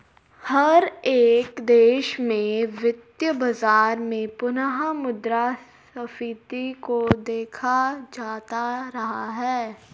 हर एक देश के वित्तीय बाजार में पुनः मुद्रा स्फीती को देखा जाता रहा है